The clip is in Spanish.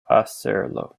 hacerlo